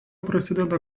prasideda